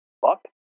fuck